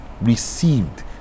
received